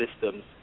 systems